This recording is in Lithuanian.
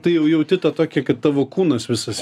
tai jau jauti tą tokį kad tavo kūnas visas